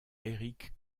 eric